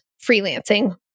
freelancing